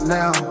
now